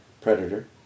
Predator